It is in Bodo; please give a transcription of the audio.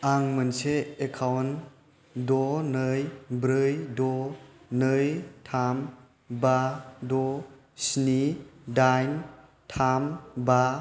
आं मोनसे एकाउन्ट द' नै ब्रै द' नै थाम बा द' स्नि दाइन थाम बा